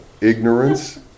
ignorance